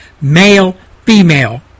male-female